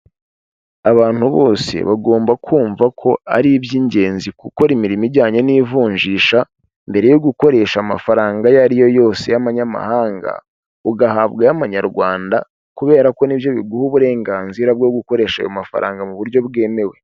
Abantu bose bagomba kumva ko ari iby'ingenzi gukora imirimo ijyanye n'ivunjisha, mbere yo gukoresha amafaranga ayo ari yo yose y'amanyamahanga ugahabwa ay'amanyarwanda kubera ko ni byo biguha uburenganzira bwo gukoresha ayo mafaranga mu buryo bwemewe.